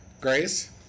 Grace